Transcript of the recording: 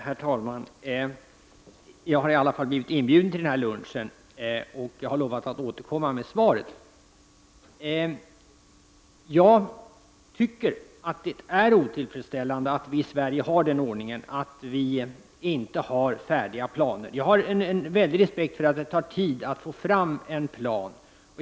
Herr talman! Jag har i varje fall blivit inbjuden till den här lunchen, och jag har lovat att återkomma med svar. Jag anser att det är otillfredsställande att vi i Sverige har den ordningen att vi inte har färdiga planer. Jag har en mycket stor respekt för att det tar tid att få fram en plan.